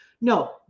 No